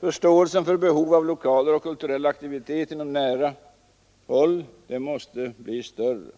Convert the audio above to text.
Förståelsen för behovet av lokaler för kulturell aktivitet tillgängliga på nära håll för människorna måste bli större.